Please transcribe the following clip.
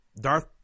Darth